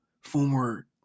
former